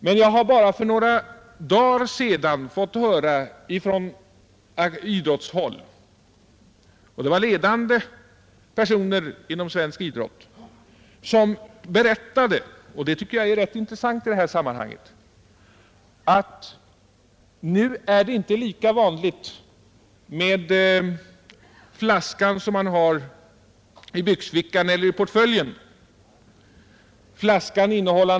Men jag har för bara några dagar sedan fått höra från ledande personer inom svensk idrott — och det tycker jag är rätt intressant i det här sammanhanget — att nu är det inte lika vanligt att folk har flaskan innehållande starksprit i byxfickan eller portföljen.